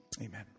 amen